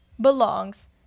belongs